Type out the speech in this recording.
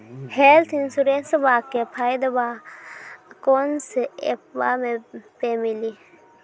Health इंश्योरेंसबा के फायदावा कौन से ऐपवा पे मिली?